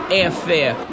airfare